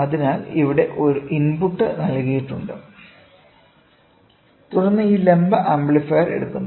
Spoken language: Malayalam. അതിനാൽ ഇവിടെ ഒരു ഇൻപുട്ട് നൽകിയിട്ടുണ്ട് തുടർന്ന് ഈ ലംബ ആംപ്ലിഫയർ എടുക്കുന്നു